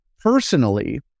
personally